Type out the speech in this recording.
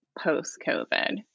post-COVID